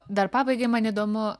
dar pabaigai man įdomu